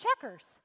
checkers